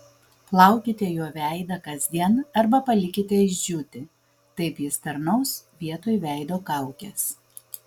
plaukite juo veidą kasdien arba palikite išdžiūti taip jis tarnaus vietoj veido kaukės